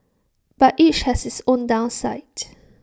but each has its own downside